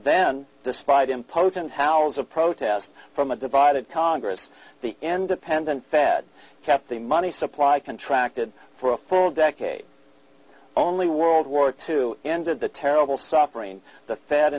then despite him potent howls of protest from a divided congress the end appendant fed kept the money supply contracted for a full decade only world war two ended the terrible suffering the f